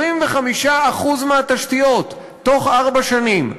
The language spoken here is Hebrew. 25% מהתשתיות תוך ארבע שנים.